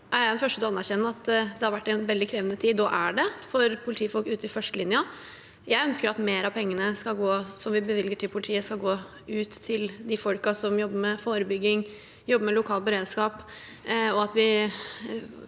Jeg er den første til å anerkjenne at det har vært en veldig krevende tid, og at det fortsatt er det for politifolk ute i førstelinjen. Jeg ønsker at mer av pengene som vi bevilger til politiet, skal gå ut til de folkene som jobber med forebygging og lokal beredskap, og at vi